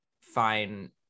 fine